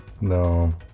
No